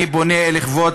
אני פונה לכבוד